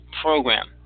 program